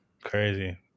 Crazy